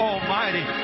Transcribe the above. Almighty